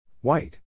white